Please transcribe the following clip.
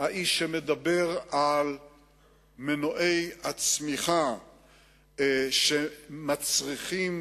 האיש שמדבר על מנועי הצמיחה שמצריכים